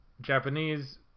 japanese